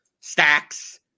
stacks